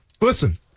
Listen